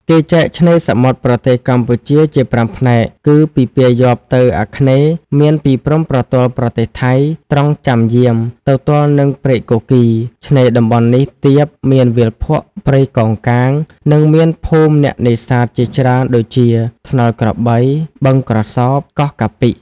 គេចែកឆ្នេរសមុទ្រប្រទេសកម្ពុជាជា ៥ ផ្នែក គឺពីពាយ័ព្យទៅអាគ្នេយ៍មានពីព្រំប្រទល់ប្រទេសថៃ ត្រង់ ចាំយាម ទៅទល់នឹងព្រែកគគីរ ឆ្នេរតំបន់នេះទាប មានវាលភក់ ព្រៃកោងកាង និងមានភូមិអ្នកនេសាទជាច្រើន ដូចជា ថ្នល់ក្របី បឹងក្រសោប កោះកាពិ។